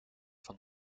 van